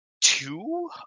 two